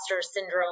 syndrome